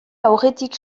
aurretik